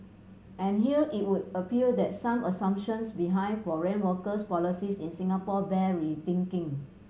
and here it would appear that some assumptions behind foreign workers policies in Singapore bear rethinking